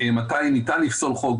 מתי ניתן לפסול חוק,